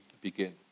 begin